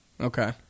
Okay